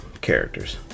characters